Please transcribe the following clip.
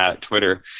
twitter